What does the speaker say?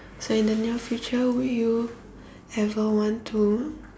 so in the near future would you ever want to